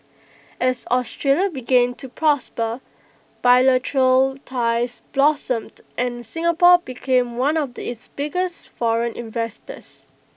as Australia began to prosper bilateral ties blossomed and Singapore became one of its biggest foreign investors